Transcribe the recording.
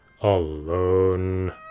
alone